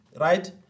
right